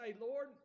Lord